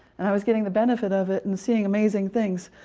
and i was getting the benefit of it, and seeing amazing things.